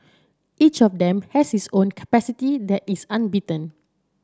each of them has his own capacity that is unbeaten